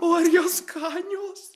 o ar jos skanios